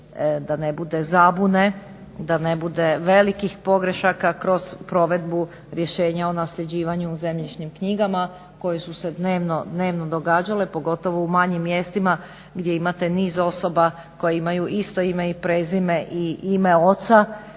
da ne bude zabune, da ne bude velikih pogrešaka kroz provedbu rješenja o nasljeđivanju u zemljišnim knjigama koje su se dnevno događale pogotovo u u manjim mjestima gdje imate niz osoba koje imaju isto ime i prezime i ime oca,